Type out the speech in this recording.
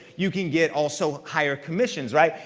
you can get also higher commissions, right?